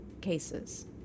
cases